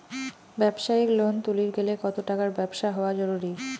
ব্যবসায়িক লোন তুলির গেলে কতো টাকার ব্যবসা হওয়া জরুরি?